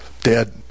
dead